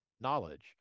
knowledge